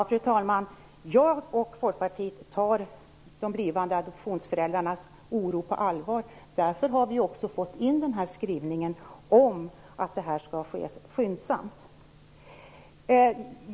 Fru talman! Jag och Folkpartiet tar de blivande adoptivföräldrarnas oro på allvar. Därför har vi också sett till att få in en skrivning om att detta skall ske skyndsamt.